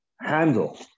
handle